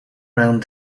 round